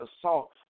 assault